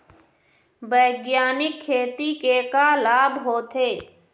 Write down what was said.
बैग्यानिक खेती के का लाभ होथे?